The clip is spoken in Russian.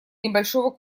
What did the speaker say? небольшого